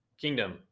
kingdom